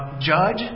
judge